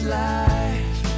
life